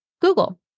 Google